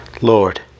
Lord